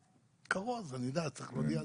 כרוז, צריך להודיע.